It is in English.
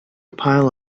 pile